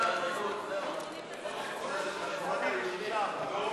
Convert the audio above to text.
כהצעת הוועדה, נתקבל.